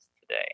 today